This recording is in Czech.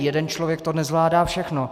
Jeden člověk to nezvládá všechno.